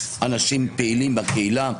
אנשים פעילים בקהילה,